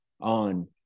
on